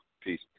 Peace